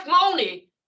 money